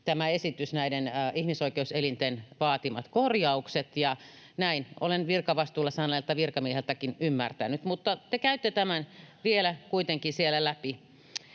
tämä esitys täyttäisi ihmisoikeuselinten vaatimat korjaukset, ja näin olen virkavastuulla näin sanoneelta virkamieheltäkin ymmärtänyt. Mutta te käytte tämän vielä kuitenkin siellä läpi.